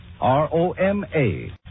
R-O-M-A